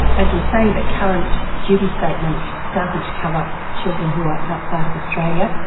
as you say, the current duty statement doesn't cover children who are outside of australia.